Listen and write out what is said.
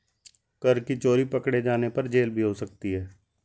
कर की चोरी पकडे़ जाने पर जेल भी हो सकती है